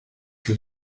que